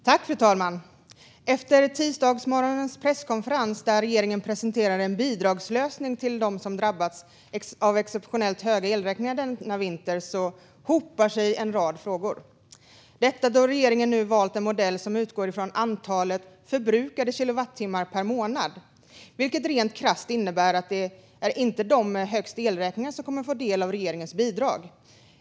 Fru talman! Efter onsdagsmorgonens presskonferens där regeringen presenterade en bidragslösning till dem som drabbats av exceptionellt höga elräkningar denna vinter hopar sig en rad frågor då regeringen nu har valt en modell som utgår från antalet förbrukade kilowattimmar per månad. Rent krasst innebär det att det inte är de med högst elräkningar som kommer att få del av regeringens bidrag.